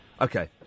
Okay